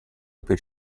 per